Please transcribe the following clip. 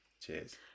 Cheers